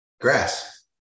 Grass